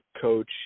coach